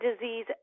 disease